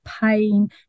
pain